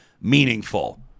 meaningful